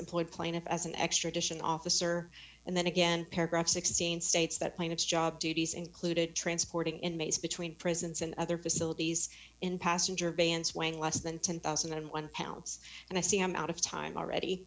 employed plaintiff as an extradition officer and then again paragraph sixteen states that plaintiff's job duties included transporting inmates between prisons and other facilities in passenger vans when less than ten thousand and one pounds and i see i'm out of time already